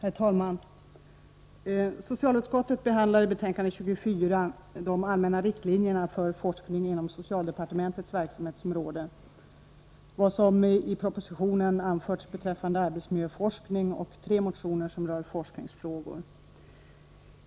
Herr talman! Socialutskottet behandlar i sitt betänkande 24 de allmänna riktlinjerna för forskning inom socialdepartementets verksamhetsområde, vad som i propositionen anförts beträffande arbetsmiljöforskning och tre motioner som rör forskningsfrågor.